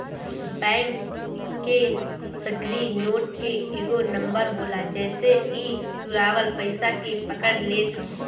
bank के सगरी note के एगो नंबर होला जेसे इ चुरावल पईसा के पकड़ लेत हअ